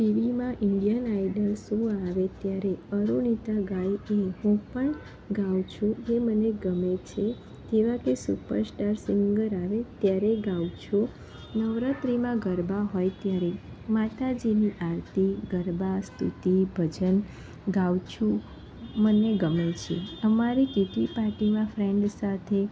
ટીવીમાં Indian idol show આવે ત્યારે અરુણીતા ગાય એ હું પણ ગાઉં છું જે મને ગમે છે જેવા કે સુપર સ્ટાર સિંગર આવે ત્યારે ગાઉં છું નવરાત્રિમાં ગરબા હોય ત્યારે માતાજીની આરતી ગરબા સ્તુતિ ભજન ગાઉં છું મને ગમે છે અમારી કીટી પાર્ટીમાં ફ્રેન્ડ સાથે